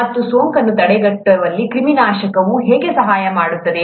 ಮತ್ತು ಸೋಂಕನ್ನು ತಡೆಗಟ್ಟುವಲ್ಲಿ ಕ್ರಿಮಿನಾಶಕವು ಹೇಗೆ ಸಹಾಯ ಮಾಡುತ್ತದೆ